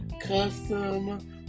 custom